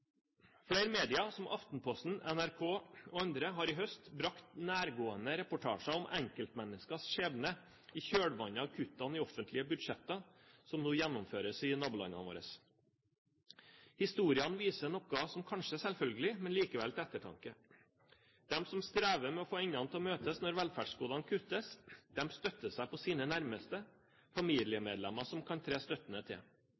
Flere medier, som Aftenposten, NRK og andre, har i høst brakt nærgående reportasjer om enkeltmenneskers skjebne i kjølvannet av kuttene i offentlige budsjetter, som nå gjennomføres i nabolandene våre. Historiene viser noe som kanskje er selvfølgelig, men likevel til ettertanke. De som strever med å få endene til å møtes når velferdsgodene kuttes, støtter seg på sine nærmeste, familiemedlemmer som kan tre støttende til.